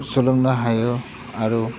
सोलोंनो हायो आरो